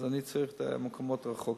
אז אני צריך במקומות הרחוקים.